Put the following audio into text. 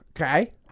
Okay